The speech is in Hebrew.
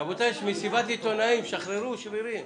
רבותי, יש מסיבת עיתונאים, שחררו שרירים,